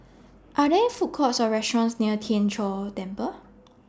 Are There Food Courts Or restaurants near Tien Chor Temple